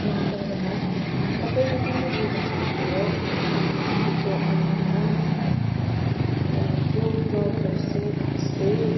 नष्ट भन्दा सबै उयो भएर गयो हाम्रो फेरि त्यो आउँदैन अब र त्यो क्लाउड बर्स्ट चाहिँ खासै